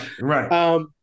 Right